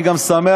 אני גם שמח,